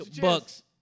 Bucks